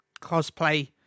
cosplay